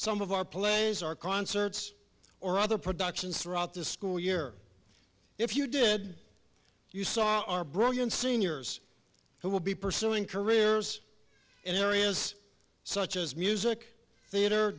some of our plays or concerts or other productions throughout the school year if you did you saw our brilliant seniors who will be pursuing careers in areas such as music theater